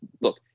Look